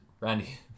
Randy